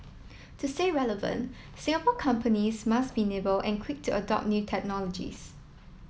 to say relevant Singapore companies must be nimble and quick to adopt new technologies